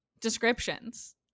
descriptions